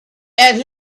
and